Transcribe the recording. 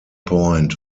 point